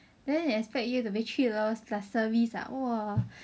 then they expect you to make three dollars plus service ah !wah!